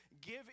give